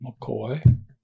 McCoy